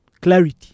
clarity